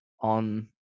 on